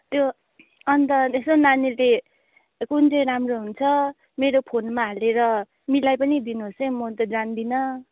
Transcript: त्यो अन्त यसो नानीले कुन चाहिँ राम्रो हुन्छ मेरो फोनमा हालेर मिलाइ पनि दिनुहोस् है म त जान्दिनँ